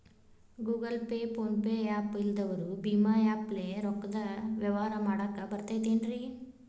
Google Pay, PhonePe app ಇಲ್ಲದವರು ಭೇಮಾ app ಲೇ ರೊಕ್ಕದ ವ್ಯವಹಾರ ಮಾಡಾಕ್ ಬರತೈತೇನ್ರೇ?